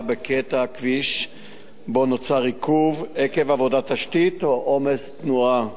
בקטע הכביש שבו נוצר עיכוב עקב עבודת תשתית או עומס תנועה.